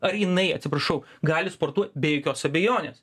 ar jinai atsiprašau gali sportuo be jokios abejonės